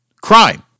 crime